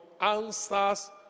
answers